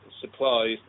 supplies